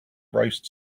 roast